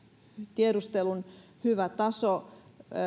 tiedustelun hyvä taso